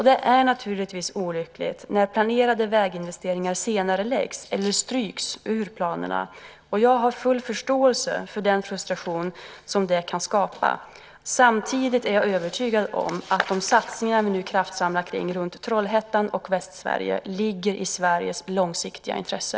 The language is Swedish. Det är naturligtvis olyckligt när planerade väginvesteringar senareläggs eller stryks ur planerna. Jag har full förståelse för den frustration det kan skapa. Samtidigt är jag övertygad om att satsningen som nu kraftsamlar kring Trollhättan och Västsverige ligger i Sveriges långsiktiga intresse.